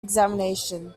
examination